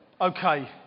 Okay